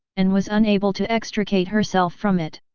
and was unable to extricate herself from it.